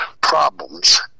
problems